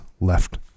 left